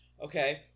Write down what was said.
okay